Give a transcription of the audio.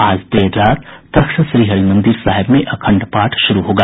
आज देर रात तख्त श्रीहरिमंदिर साहिब में अखंड पाठ शुरू होगा